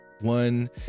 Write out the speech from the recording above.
one